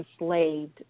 enslaved